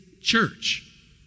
church